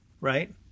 right